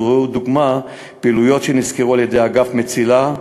ראו לדוגמה פעילויות שנסקרו על-ידי מצילה,